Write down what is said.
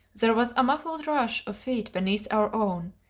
there was a muffled rush of feet beneath our own,